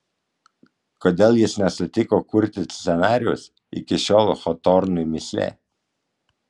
kodėl jis nesutiko kurti scenarijaus iki šiol hotornui mįslė